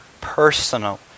personal